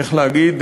איך להגיד,